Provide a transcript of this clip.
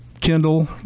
kindle